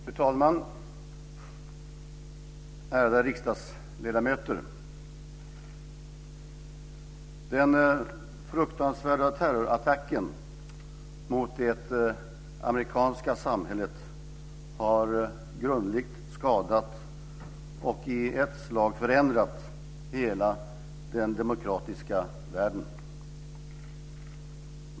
Fru talman, ärade riksdagsledamöter! Den fruktansvärda terrorattacken mot det amerikanska samhället har grundligt skadat och i ett slag förändrat hela den demokratiska världen.